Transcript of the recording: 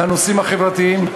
לנושאים החברתיים.